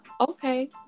Okay